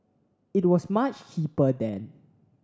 it was much cheaper then